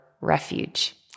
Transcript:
refuge